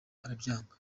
arabyanga